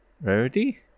Rarity